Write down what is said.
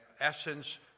essence